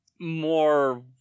more